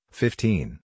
fifteen